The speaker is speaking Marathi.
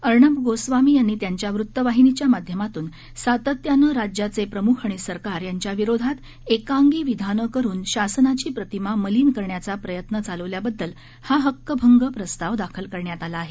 अर्णब गोस्वामी यांनी त्यांच्या वृत्तवाहिनीच्या माध्यमातून सातत्यानं राज्याचे प्रमुख आणि सरकार यांच्याविरोधात एकांगी विधानं करून शासनाची प्रतिमा मलिन करण्याचा प्रयत्न चालवल्याबद्दल हा हक्कभंग प्रस्ताव दाखल करण्यात आला आहे